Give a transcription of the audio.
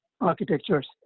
architectures